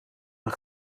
een